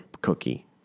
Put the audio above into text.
cookie